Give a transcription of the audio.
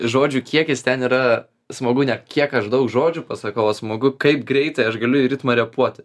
žodžių kiek jis ten yra smagu ne kiek aš daug žodžių pasakau o smagu kaip greitai aš galiu į ritmą repuoti